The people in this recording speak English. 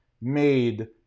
made